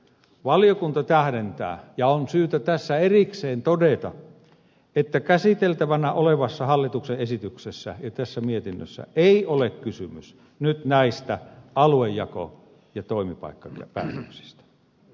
valiokunta tähdentää ja on syytä tässä erikseen todeta että käsiteltävänä olevassa hallituksen esityksessä ja tässä mietinnössä ei ole kysymys nyt näistä aluejako ja toimipaikkapäätöksistä